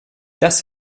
das